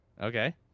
Okay